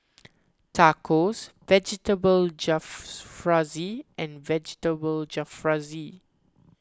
Tacos Vegetable and Vegetable Jalfrezi